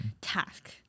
task